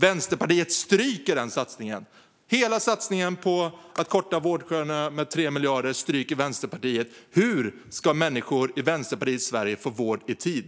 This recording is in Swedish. Hela denna satsning på 3 miljarder för att korta vårdköerna stryker Vänsterpartiet. Hur ska människor i Vänsterpartiets Sverige då få vård i tid?